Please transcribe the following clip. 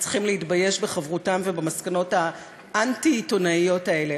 שצריכים להתבייש בחברותם ובמסקנות האנטי-עיתונאיות האלה.